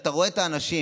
כשאתה רואה את האנשים.